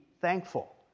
thankful